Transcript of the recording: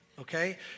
okay